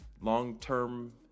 long-term